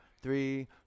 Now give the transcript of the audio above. three